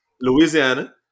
Louisiana